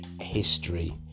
history